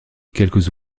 quelques